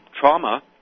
trauma